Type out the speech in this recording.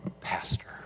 Pastor